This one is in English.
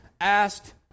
asked